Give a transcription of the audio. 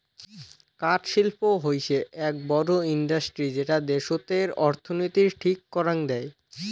কাঠ শিল্প হৈসে আক বড় ইন্ডাস্ট্রি যেটা দ্যাশতের অর্থনীতির ঠিক করাং দেয়